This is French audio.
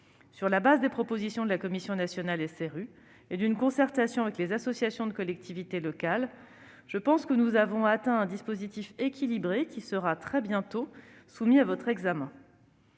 Grâce aux propositions de la commission nationale SRU et à une concertation avec les associations de collectivités locales, je pense que nous avons atteint un dispositif équilibré, lequel sera très bientôt soumis à votre examen.